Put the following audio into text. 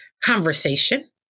conversation